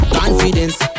confidence